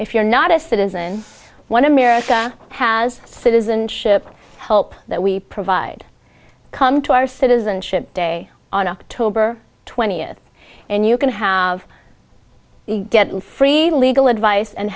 if you're not a citizen one america has citizenship help that we provide come to our citizenship day on october twentieth and you can have you get free legal advice and